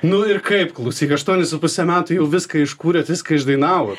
nu ir kaip klausyk aštuoni su puse metų jau viską iš kūrėt viską išdainavot